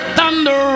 thunder